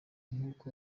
nkuko